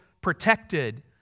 protected